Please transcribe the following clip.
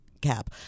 cap